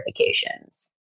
certifications